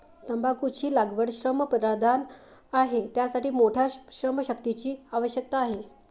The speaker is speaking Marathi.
तंबाखूची लागवड श्रमप्रधान आहे, त्यासाठी मोठ्या श्रमशक्तीची आवश्यकता आहे